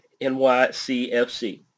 NYCFC